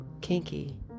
kinky